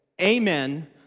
amen